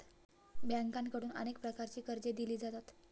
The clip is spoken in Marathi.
बँकांकडून अनेक प्रकारची कर्जे दिली जातात